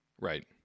right